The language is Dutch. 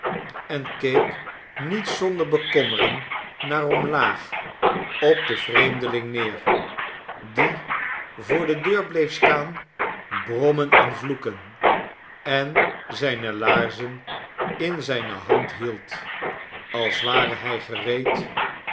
en keek niet zonder bekommering naar omlaag op den vreemdeling neer die voor de deur bleef staan brommen en vloeken en zijne laarzen in zijne hand hield als ware hij gereed